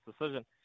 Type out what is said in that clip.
decision